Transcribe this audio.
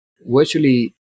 virtually